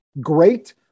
great